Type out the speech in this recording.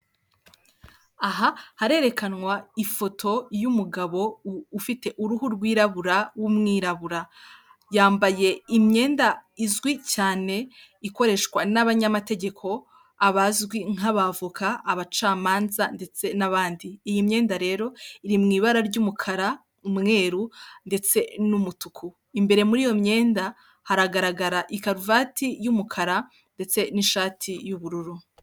Urupapuro rwanditseho amabara agiye atandukanye, harimo ubururu, umuhondo, icyatsi rwo rurasa umweru, amagambo yanditse mu ibara ry'umukara n'ubururu, bikaba byanditse mu rurimi rw'icyongereza.